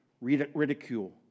ridicule